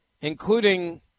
including